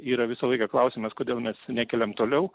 yra visą laiką klausimas kodėl mes nekeliam toliau